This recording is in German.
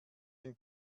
den